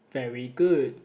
very good